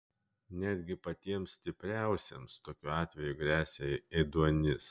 netgi patiems stipriausiems tokiu atveju gresia ėduonis